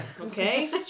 okay